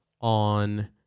on